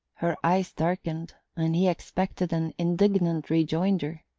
her eyes darkened, and he expected an indignant rejoinder.